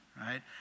right